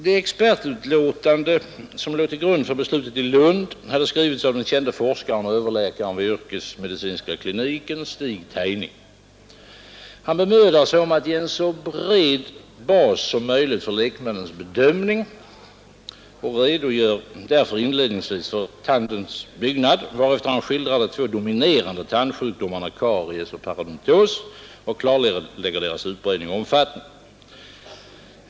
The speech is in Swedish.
Det expertutlåtande som låg till grund för beslutet i Lund hade skrivits av den kände forskaren och överläkaren vid yrkesmedicinska kliniken Stig Tejning. Han bemödar sig om att ge en så bred bas som möjligt för lekmännens bedömning och redogör därför inledningsvis för tandens byggnad, varefter han skildrar de två dominerande tandsjukdomarna karies och paradontos samt klarlägger deras utbredning och omfattning.